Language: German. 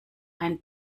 ein